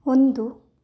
ಒಂದು